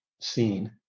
seen